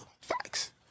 Facts